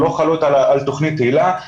לא חלות על תוכנית היל"ה.